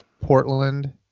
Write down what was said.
Portland